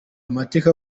amateka